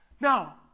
Now